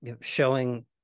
showing